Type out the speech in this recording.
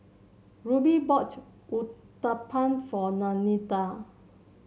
Rubie bought Uthapam for Lanita